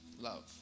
love